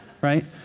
right